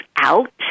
out